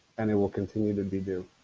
and it will continue to be due,